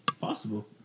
possible